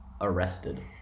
arrested